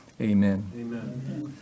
Amen